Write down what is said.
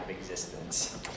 existence